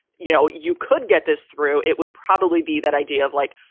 you know, you could get this through, it would probably be that idea of like,